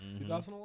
2011